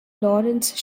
lawrence